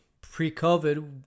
pre-COVID